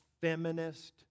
feminist